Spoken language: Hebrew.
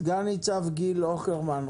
סגן נציב גיל הוכרמן,